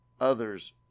others